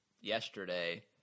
yesterday